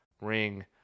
ring